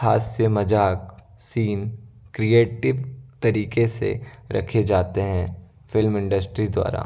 हास्य मज़ाक scene creative तरीके से रखे जाते हैं फ़िल्म इंडस्ट्री द्वारा